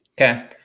Okay